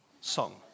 song